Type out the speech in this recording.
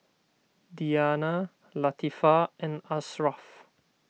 Diyana Latifa and Ashraf